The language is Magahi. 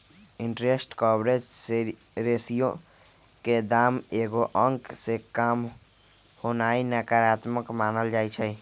इंटरेस्ट कवरेज रेशियो के दाम एगो अंक से काम होनाइ नकारात्मक मानल जाइ छइ